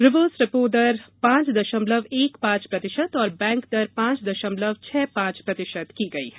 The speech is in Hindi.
रिवर्स रेपो दर पांच दशमलव एक पांच प्रतिशत और बैंक दर पांच दशमलव छह पांच प्रतिशत की गई है